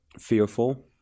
Fearful